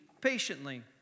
patiently